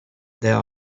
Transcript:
there